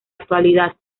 actualidad